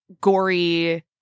gory